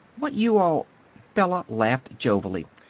what you all bella laughed jovially.